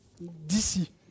d'ici